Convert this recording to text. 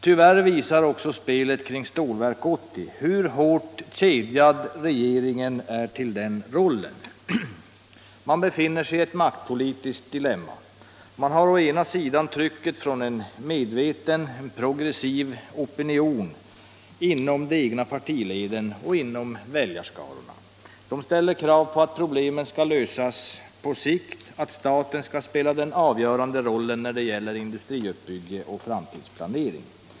Tyvärr visar också spelet kring Stålverk 80 hur hårt kedjad regeringen är till den rollen. Den befinner sig i ett maktpolitiskt dilemma och känner trycket från en medveten progressiv opinion inom de egna partileden och inom väljarskarorna. Den ställer krav på regeringen att problemet skall lösas på sikt och att staten skall spela den avgörande rollen när det gäller industriuppbyggnad och framtidsplanering.